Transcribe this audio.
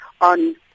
on